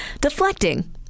deflecting